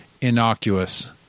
innocuous